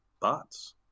bots